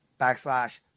backslash